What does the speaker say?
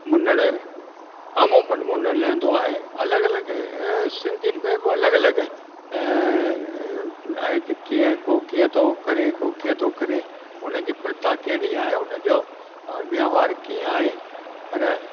मुन्नड़ अमूमन मुन्नड़ लहंदो आहे अलॻि अलॻि सिंधियुनि में अलॻि अलॻि आहे त कीअं को कीअं थो करे को कीअं थो करे उन जी प्रथा कहिड़ी आहे उन जो व्यवहार कीअं आहे पर